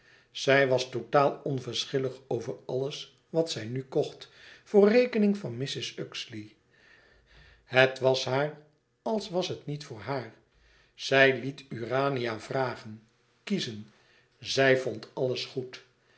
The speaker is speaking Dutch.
zij was totaal onverschillig over alles wat zij nu kocht voor rekening van mrs uxeley het was haar als was het niet voor haar zij liet urania vragen kiezen zij vond alles goed